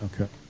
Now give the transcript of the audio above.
Okay